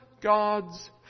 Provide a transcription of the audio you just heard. God's